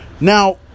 Now